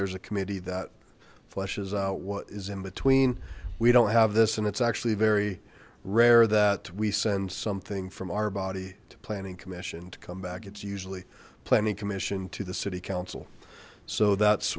there's a committee that flushes out what is in between we don't have this and it's actually very rare that we send something from our body to planning commission to come back it's usually planning commission to the city council so that's